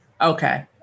Okay